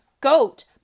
Goat